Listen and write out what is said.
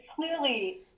clearly